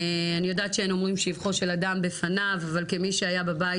אני יודעת שאין אומרים שבחו של אדם בפניו אבל כמי שהיה בבית